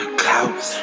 clouds